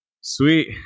sweet